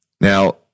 Now